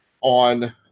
on